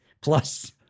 plus